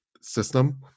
system